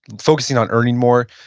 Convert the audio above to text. focusing on earning more.